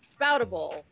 Spoutable